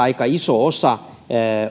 aika iso osa